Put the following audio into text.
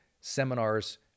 seminars